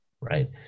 right